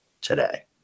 today